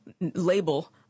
label